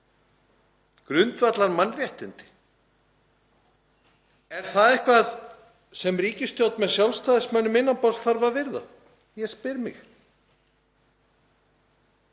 Grundvallarmannréttindi, er það eitthvað sem ríkisstjórn með Sjálfstæðismönnum innan borðs þarf að virða? Ég spyr mig.